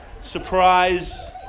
surprise